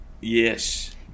yes